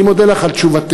אני מודה לך על תשובתך,